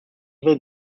evil